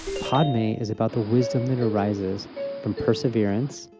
padme is about the wisdom that arises from perseverance,